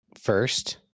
first